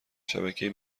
شبکهای